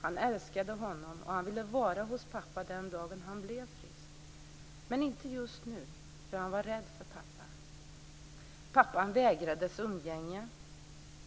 Han älskade honom, och han ville vara hos pappa den dag han blev frisk, men inte just nu, för han var rädd för pappa. Pappan vägrades umgänge.